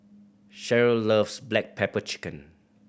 Sheryl loves black pepper chicken